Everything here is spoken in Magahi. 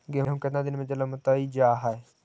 गेहूं केतना दिन में जलमतइ जा है?